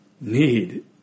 need